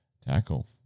tackle